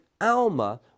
Alma